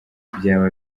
byaba